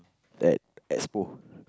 at Expo